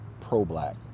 pro-black